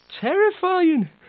terrifying